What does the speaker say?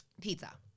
Pizza